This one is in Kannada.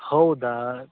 ಹೌದಾ